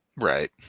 Right